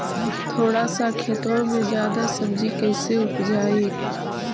थोड़ा सा खेतबा में जादा सब्ज़ी कैसे उपजाई?